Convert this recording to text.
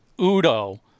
Udo